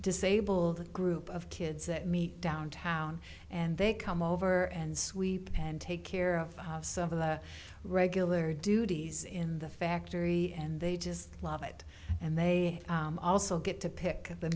disabled group of kids that meet downtown and they come over and sweep and take care of some of the regular duties in the factory and they just love it and they also get to pick the